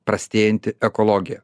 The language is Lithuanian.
prastėjanti ekologija